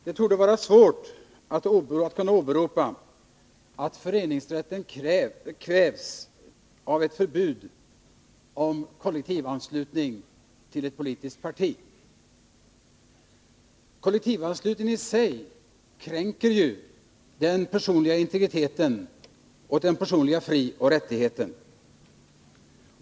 Fru talman! Det torde vara svårt att åberopa att föreningsrätten kränks av ett förbud mot kollektivanslutning till ett politiskt parti. Kollektivanslutningen däremot kränker den personliga integriteten och de personliga frioch rättigheterna.